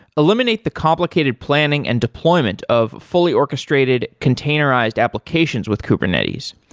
eliminate the complicated planning and deployment of fully orchestrated containerized applications with kubernetes.